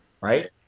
right